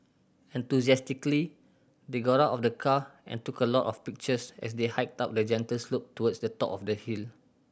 enthusiastically they got out of the car and took a lot of pictures as they hiked up a gentle slope towards the top of the hill